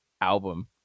album